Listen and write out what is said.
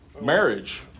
Marriage